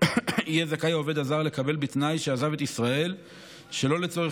יהיה העובד הזר זכאי לקבל בתנאי שעזב את ישראל שלא לצורך